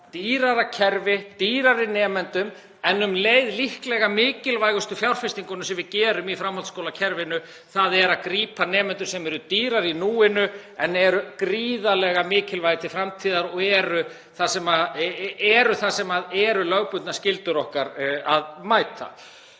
dýrara kerfi, dýrari nemendur en um leið líklega mikilvægasta fjárfestingin sem við gerum í framhaldsskólakerfinu, þ.e. að grípa nemendur sem eru dýrar í núinu en eru gríðarlega mikilvægir til framtíðar og það að mæta þeim eru lögbundnar skyldur okkar.